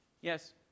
Yes